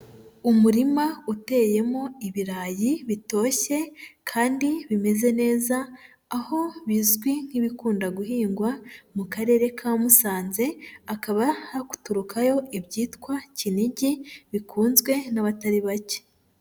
Umurima uteyemo ibirayi bitoshye kandi bimeze neza aho bizwi nk'ibikunda guhingwa mu Karere ka Musanze hakaba haguturukayo ibyitwa kinigi bikunzwe n'abatari bake.